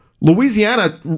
Louisiana